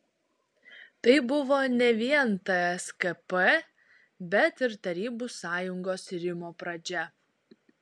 tai buvo ne vien tskp bet ir tarybų sąjungos irimo pradžia